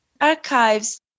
archives